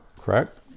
Correct